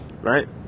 Right